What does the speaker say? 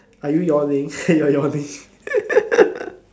are you yawning you are yawning